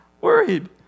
worried